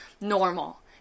normal